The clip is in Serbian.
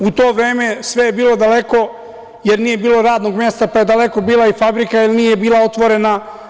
U to vreme sve je bilo daleko, jer nije bilo radnog mesta, pa je daleko bila i fabrika jer nije bila otvorena.